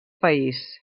país